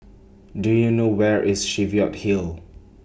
Do YOU know Where IS Cheviot Hill